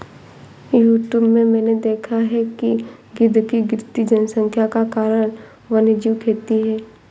YouTube में मैंने देखा है कि गिद्ध की गिरती जनसंख्या का कारण वन्यजीव खेती है